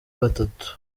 batatu